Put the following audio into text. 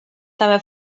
també